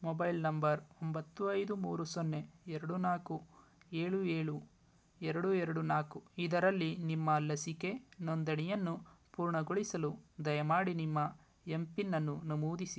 mobile number ಒಂಬತ್ತು ಐದು ಮೂರು ಸೊನ್ನೆ ಎರಡು ನಾಲ್ಕು ಏಳು ಏಳು ಎರಡು ಎರಡು ನಾಲ್ಕು ಇದರಲ್ಲಿ ನಿಮ್ಮ ಲಸಿಕೆ ನೋಂದಣಿಯನ್ನು ಪೂರ್ಣಗೊಳಿಸಲು ದಯಮಾಡಿ ನಿಮ್ಮ ಎಮ್ ಪಿನ್ನನ್ನು ನಮೂದಿಸಿ